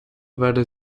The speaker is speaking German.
würde